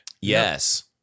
Yes